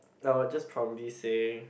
I would just probably say